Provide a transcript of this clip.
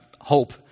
hope